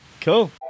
Cool